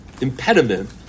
impediment